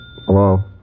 Hello